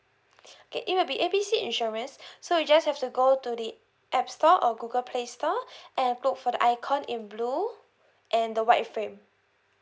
okay it will be A B C insurance so you just have to go to the app store or google play store and look for the icon in blue and the white frame